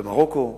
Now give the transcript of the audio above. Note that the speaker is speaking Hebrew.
במרוקו,